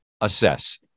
Assess